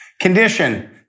Condition